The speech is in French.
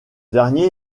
dernier